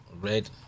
red